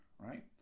Right